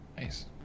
Nice